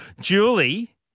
Julie